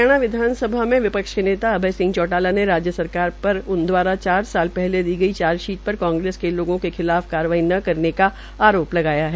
हरियाणा विधानसभा में विपक्ष के नेता अभय सिंह चौटाला ने राज्य सरकार पर उन पर द्वारा चार साल पहले दी गड् चार्जशीट पर कांग्रेस के लोगों के खिलाफ कार्रवाई न करने का आरोप लगाया है